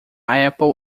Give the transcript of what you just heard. apple